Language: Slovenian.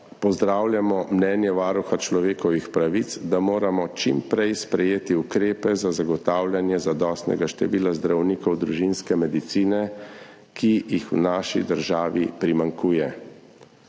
pozdravljamo mnenje Varuha človekovih pravic, da moramo čim prej sprejeti ukrepe za zagotavljanje zadostnega števila zdravnikov družinske medicine, ki jih v naši državi primanjkuje.